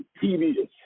tedious